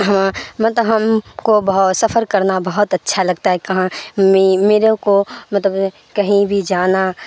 مطلب ہم کو بہ سفر کرنا بہت اچھا لگتا ہے کہاں میرے کو مطلب کہیں بھی جانا